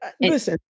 Listen